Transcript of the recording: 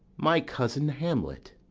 my cousin hamlet,